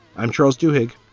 i'm charles duhigg.